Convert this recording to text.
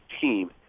team